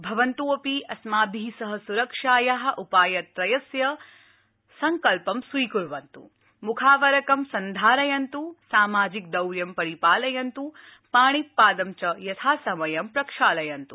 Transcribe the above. भवन्त अपि अस्माभि सह सुरक्षाया उपाय त्रयस्य सङ्कल्पं स्वीकुर्वन्त् मुख आवरकं सन्धारयन्तु सामाजिक द्रतां पालयन्तु पाणि पादं च यथा समयं प्रक्षालयन्तु